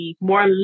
more